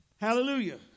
Hallelujah